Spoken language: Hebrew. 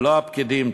ולא הפקידים,